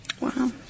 Wow